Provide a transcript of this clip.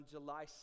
July